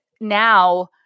Now